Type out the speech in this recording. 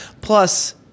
Plus